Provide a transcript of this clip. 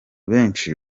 benshi